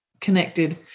connected